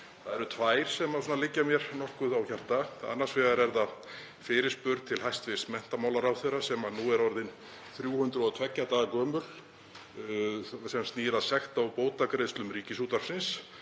Það eru tvær sem liggja mér nokkuð á hjarta. Annars vegar er það fyrirspurn til hæstv. menntamálaráðherra sem nú er orðin 302 daga gömul og snýr að sekta- og bótagreiðslum Ríkisútvarpsins.